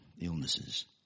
illnesses